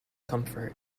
comfort